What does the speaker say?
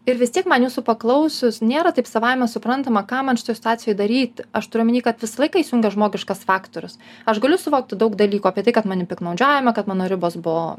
ir vis tiek man jūsų paklausius nėra taip savaime suprantama ką man šitoj situacijoj daryti aš turiu omeny kad visą laiką įsijungia žmogiškas faktorius aš galiu suvokti daug dalykų apie tai kad manim piktnaudžiaujama kad mano ribos buvo